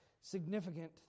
significant